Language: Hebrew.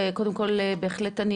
קודם כל בהחלט אני